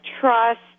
trust